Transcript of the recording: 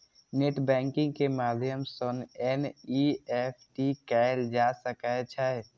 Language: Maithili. नेट बैंकिंग के माध्यम सं एन.ई.एफ.टी कैल जा सकै छै